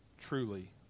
truly